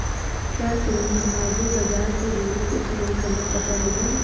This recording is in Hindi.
क्या तुम्हें हाजिर बाजार से जुड़ी कुछ नई खबरें पता लगी हैं?